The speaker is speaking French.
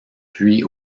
puis